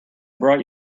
brought